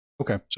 okay